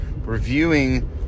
reviewing